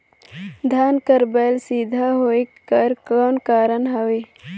धान कर बायल सीधा होयक कर कौन कारण हवे?